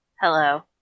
Hello